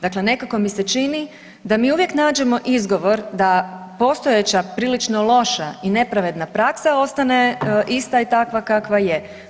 Dakle, nekako mi se čini da mi uvijek nađemo izgovor da postojeća prilično loša i nepravedna praksa ostane ista i takva kakva je.